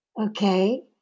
okay